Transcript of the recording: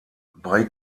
bei